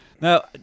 Now